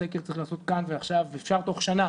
סקר צריך לעשות כאן ועכשיו ואפשר תוך שנה,